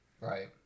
Right